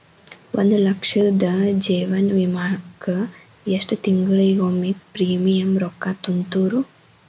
ಒಂದ್ ಲಕ್ಷದ ಜೇವನ ವಿಮಾಕ್ಕ ಎಷ್ಟ ತಿಂಗಳಿಗೊಮ್ಮೆ ಪ್ರೇಮಿಯಂ ರೊಕ್ಕಾ ತುಂತುರು?